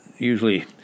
usually